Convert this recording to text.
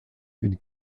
une